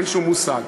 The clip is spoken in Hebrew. אין שום מושג.